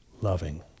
loving